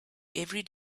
every